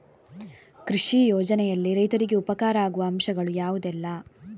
ಕೃಷಿ ಯೋಜನೆಯಲ್ಲಿ ರೈತರಿಗೆ ಉಪಕಾರ ಆಗುವ ಅಂಶಗಳು ಯಾವುದೆಲ್ಲ?